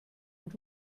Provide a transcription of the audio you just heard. und